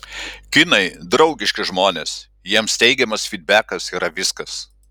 kinai draugiški žmonės jiems teigiamas fydbekas yra viskas